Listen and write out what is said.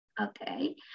Okay